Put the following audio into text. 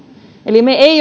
eli me emme